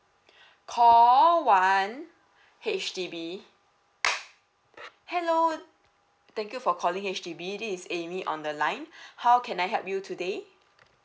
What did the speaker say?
call one H_D_B hello thank you for calling H_D_B this is amy on the line how can I help you today